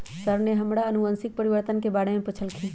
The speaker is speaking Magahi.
सर ने हमरा से अनुवंशिक परिवर्तन के बारे में पूछल खिन